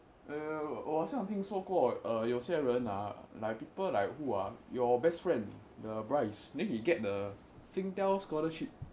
我好像听说过哦有些人 like people like who ah your best friend the bryce then he get the Singtel scholarship